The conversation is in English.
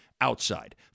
outside